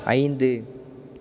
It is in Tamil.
ஐந்து